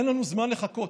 אין לנו זמן לחכות,